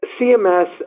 CMS